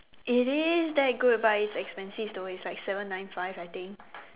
it is that good but it's expensive though it's like seven nine five I think